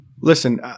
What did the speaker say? Listen